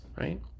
right